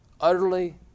Utterly